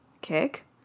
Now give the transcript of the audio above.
Kick